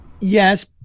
Yes